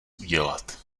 udělat